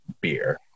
beer